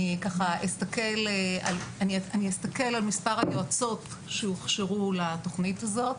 אני אסתכל על מספר היועצות שהוכשרו לתוכנית הזאת.